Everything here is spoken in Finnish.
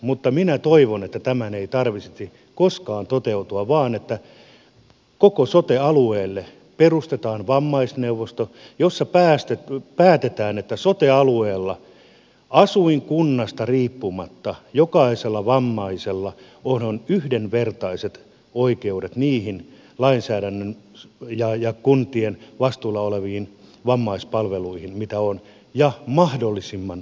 mutta minä toivon että tämän ei tarvitsisi koskaan toteutua vaan että koko sote alueelle perustetaan vammaisneuvosto jossa päätetään että sote alueella asuinkunnasta riippumatta jokaisella vammaisella on yhdenvertaiset oikeudet niihin lainsäädännön ja kuntien vastuulla oleviin vammaispalveluihin mitä on ja mahdollisimman hyviin